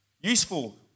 useful